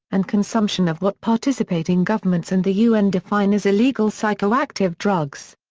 and consumption of what participating governments and the un define as illegal psychoactive drugs.